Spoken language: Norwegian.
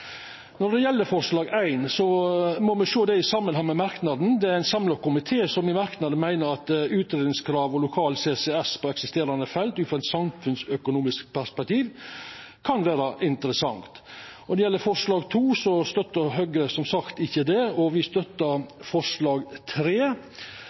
Når det gjeld forslag nr. 1, så må me sjå det i samanheng med merknaden. Det er ein samla komité som i merknaden meiner at utgreiingskrav av lokal CCS på eksisterande felt ut frå eit samfunnsøkonomisk perspektiv kan vera interessant. Når det gjeld forslag nr. 2, støttar Høgre som sagt ikkje det. Me støttar